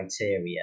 criteria